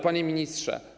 Panie Ministrze!